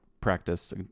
practice